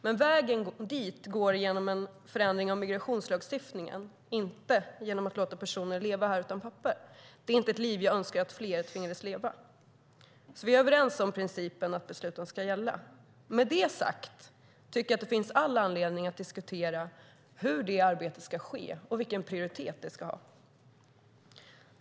Men vägen dit går genom en förändring av migrationslagstiftningen, inte genom att låta personer leva här utan papper. Det är inte ett liv jag önskar att fler tvingades leva. Vi är alltså överens om principen att besluten ska gälla. Med det sagt tycker jag att det finns all anledning att diskutera hur det arbetet ska ske och vilken prioritet det ska ha.